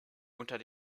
unter